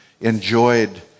enjoyed